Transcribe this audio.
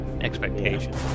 expectations